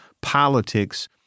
politics